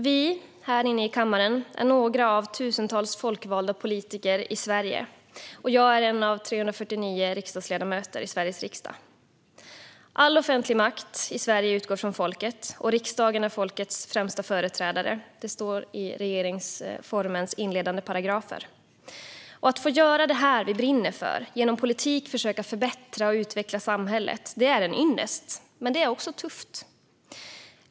Vi här inne i kammaren är några av tusentals folkvalda politiker i Sverige, och jag är en av 349 riksdagsledamöter i Sveriges riksdag. "All offentlig makt i Sverige utgår från folket" och "riksdagen är folkets främsta företrädare", står det i regeringsformens inledande paragrafer. Att få göra det som vi brinner för, att genom politik försöka förbättra och utveckla samhället, är en ynnest. Men det är också tufft.